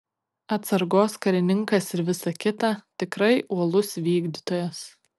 atsargos karininkas ir visa kita tikrai uolus vykdytojas